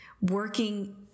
working